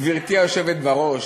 גברתי היושבת בראש,